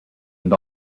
and